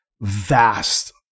vast